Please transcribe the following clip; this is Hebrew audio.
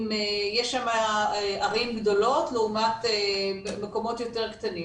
יש שם ערים גדולות לעומת מקומות יותר קטנים.